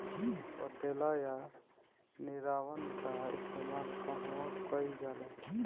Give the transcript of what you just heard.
पटेला या निरावन का इस्तेमाल कहवा कइल जाला?